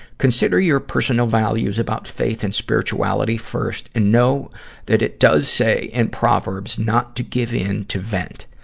consider your personal values about faith and spirituality first, and know that it does say in proverbs not to give in to vent.